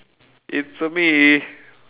it's me